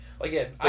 Again